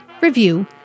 review